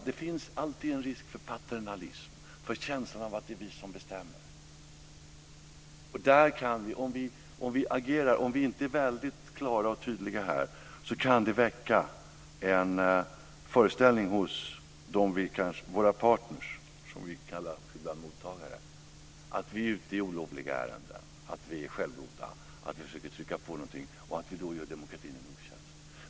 Det finns alltid en risk för paternalism - för känslan att det är vi som bestämmer. Om vi inte är väldigt klara och tydliga här kan det väcka en föreställning hos våra partner, som vi ibland kallar mottagare, om att vi är ute i olovliga ärenden, att vi är självgoda och att vi försöker trycka på dem någonting. Då gör vi demokratin en otjänst.